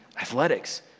athletics